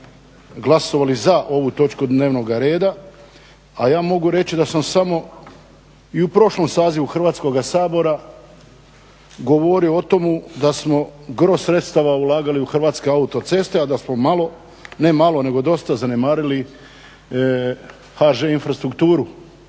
glasovali za ovu točku dnevnoga reda. A ja mogu reći da sam samo i u prošlom sazivu Hrvatskoga sabora govorio o tomu da smo gro sredstava ulagali u Hrvatske autoceste, a da smo malo, ne malo nego dosta zanemarili HŽ Infrastrukturu